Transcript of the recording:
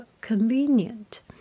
convenient